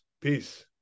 Peace